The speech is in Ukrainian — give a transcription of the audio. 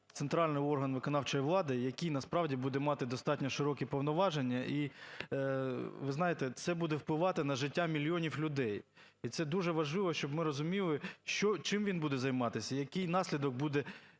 центральний орган виконавчої влади, який насправді буде мати достатньо широкі повноваження. І, ви знаєте, це буде впливати на життя мільйонів людей. І це дуже важливо, щоб ми розуміли, що… чим він буде займатися, який наслідок буде